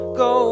go